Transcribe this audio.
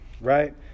right